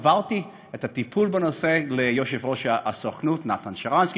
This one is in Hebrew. העברתי את הטיפול בנושא ליושב-ראש הסוכנות נתן שרנסקי,